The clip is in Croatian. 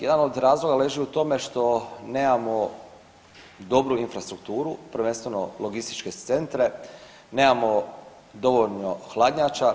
Jedan od razloga leži u tome što nemamo dobru infrastrukturu, prvenstveno logističke centre, nemamo dovoljno hladnjača.